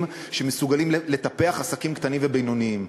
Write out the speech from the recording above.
שמסוגלים לטפח עסקים קטנים ובינוניים.